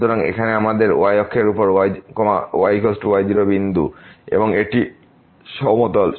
সুতরাং এখানে আমাদেরy অক্ষের উপর y y0 বিন্দু এবং এটি সমতল